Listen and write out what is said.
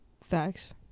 Facts